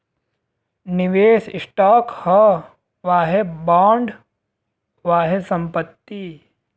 निवेस स्टॉक ह वाहे बॉन्ड, वाहे संपत्ति